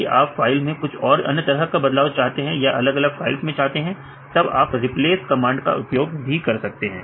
यदि आप फाइल में कुछ और अन्य तरह के बदलाव चाहते हैं या अलग अलग फाइल्स में चाहते हैं तब आप रिप्लेस कमांड का उपयोग कर सकते हैं